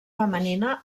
femenina